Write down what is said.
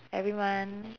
every month